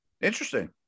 Interesting